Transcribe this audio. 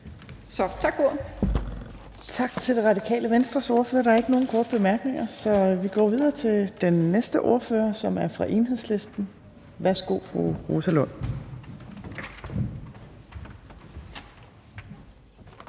Tak til Radikale Venstres ordfører. Der er ikke nogen korte bemærkninger, så vi går videre til næste ordfører, som er fra Enhedslisten. Værsgo til fru Rosa Lund.